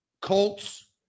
Colts